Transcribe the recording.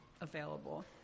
available